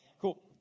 Cool